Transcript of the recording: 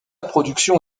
production